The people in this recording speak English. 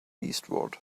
eastward